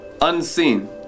unseen